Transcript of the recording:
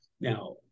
Now